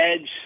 edge